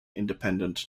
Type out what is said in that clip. independent